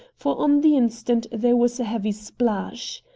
for on the instant there was a heavy splash.